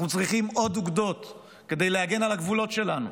אנחנו צריכים עוד אוגדות כדי להגן על הגבולות שלנו,